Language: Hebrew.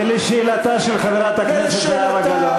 ולשאלתה של חברת הכנסת זהבה גלאון?